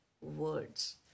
words